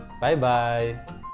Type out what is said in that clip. Bye-bye